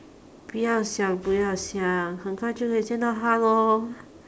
不要想不要想很快就会见到她了哦